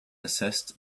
assessed